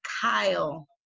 Kyle